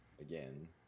again